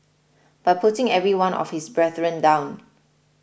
by putting every one of his brethren down